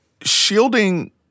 Shielding